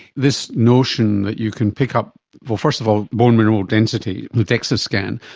this notion that you can pick up, first of all, bone mineral density, the dexa scan,